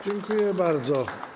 Dziękuję bardzo.